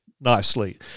nicely